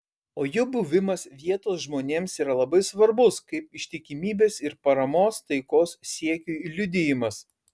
o jų buvimas vietos žmonėms yra labai svarbus kaip ištikimybės ir paramos taikos siekiui liudijimas